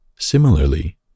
Similarly